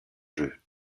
jeu